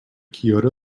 kyoto